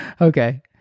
Okay